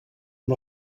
amb